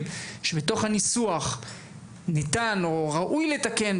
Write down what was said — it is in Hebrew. אם ישנם דברים שאתם חושבים שבתוך הניסוח ניתן או ראוי לתקן,